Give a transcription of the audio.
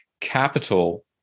capital